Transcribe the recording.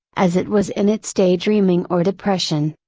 as it was in its day dreaming or depression.